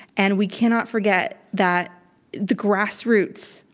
and we cannot forget that the grassroots,